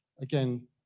again